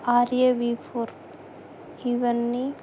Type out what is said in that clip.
Arya V four ఇవన్నీ